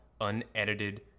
unedited